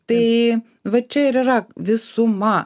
tai vat čia ir yra visuma